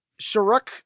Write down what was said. Sharuk